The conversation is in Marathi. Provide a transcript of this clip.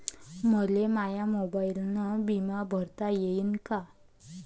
मले माया मोबाईलनं बिमा भरता येईन का?